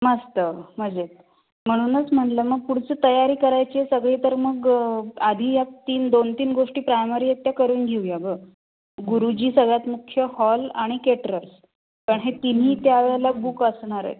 मस्त मजेत म्हणूनच म्हटलं मग पुढचं तयारी करायची आहे सगळी तर मग आधी या तीन दोन तीन गोष्टी प्रायमरी आहेत त्या करून घेऊया गं गुरुजी सगळ्यात मुख्य हॉल आणि केटरर्स पण हे तिन्ही त्यावेळेला बुक असणार आहेत